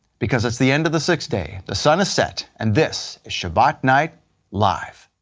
because it's the end of the sixth day, the sun has set, and this is shabbat night live.